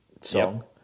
song